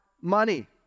money